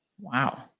wow